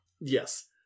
Yes